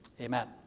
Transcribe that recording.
Amen